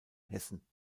hessen